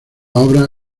obra